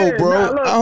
bro